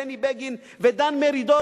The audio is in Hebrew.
בני בגין ודן מרידור,